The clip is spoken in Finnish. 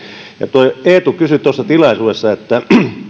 ja tuo eetu kysyi tuossa tilaisuudessa